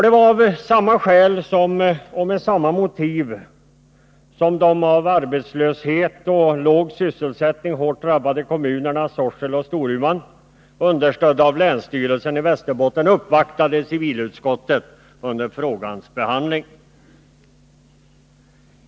Det var av samma skäl och med samma motiv som de av arbetslöshet och låg sysselsättning hårt drabbade kommunerna Sorsele och Storuman, understödda av länsstyrelsen i Västerbotten, uppvaktade civilutskottet under frågans behandling.